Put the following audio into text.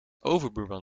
overbuurman